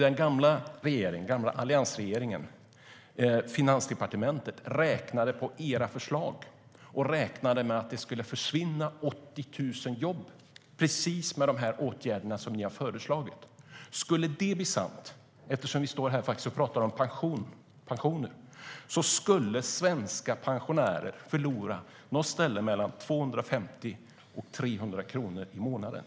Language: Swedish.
Finansdepartementet under alliansregeringen räknade på era förslag och kom fram till att det skulle försvinna 80 000 jobb med precis de åtgärder som ni har föreslagit. Skulle det bli sant, eftersom vi står här och pratar om pensioner, skulle svenska pensionärer förlora någonstans mellan 250 och 300 kronor i månaden.